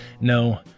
No